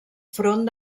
front